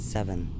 Seven